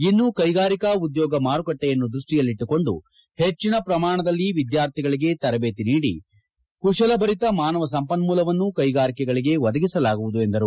ಇನ್ನು ಕೈಗಾರಿಕಾ ಉದ್ಯೋಗ ಮಾರುಕಟ್ಟೆಯನ್ನು ದೃಷ್ಟಿಯಲ್ಲಿಟ್ಟುಕೊಂಡು ಹೆಚ್ಚಿನ ಪ್ರಮಾಣದಲ್ಲಿ ವಿದ್ಯಾರ್ಥಿಗಳಿಗೆ ತರಬೇತಿ ನೀಡಿ ಕುಶಲಭರಿತ ಮಾನವ ಸಂಪನ್ಮೂಲವನ್ನು ಕೈಗಾರಿಕೆಗಳಿಗೆ ಒದಗಿಸಲಾಗುವುದು ಎಂದರು